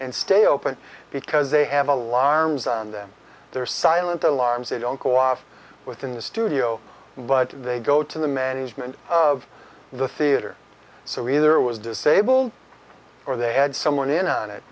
and stay open because they have a law on them there silent alarm say don't go off within the studio but they go to the management of the theater so either it was disabled or they had someone in on it